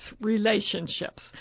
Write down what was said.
relationships